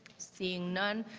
seeing none,